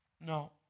No